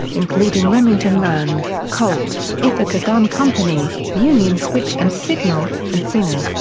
including remington rand, colt, ithaca gun company, union switch and signal, and singer.